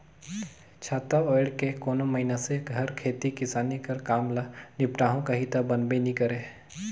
छाता ओएढ़ के कोनो मइनसे हर खेती किसानी कर काम ल निपटाहू कही ता बनबे नी करे